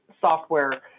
software